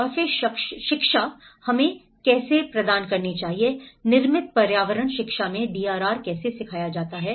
और फिर शिक्षा हमें कैसे करना है निर्मित पर्यावरण शिक्षा में डीआरआर कैसे सिखाना है